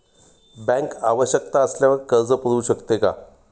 Bank आवश्यकता असल्यावर कर्ज पुरवू शकते का?